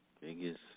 Biggest